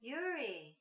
Yuri